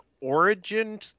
origin